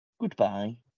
Goodbye